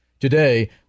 Today